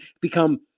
become